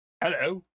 Hello